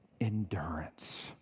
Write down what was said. endurance